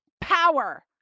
power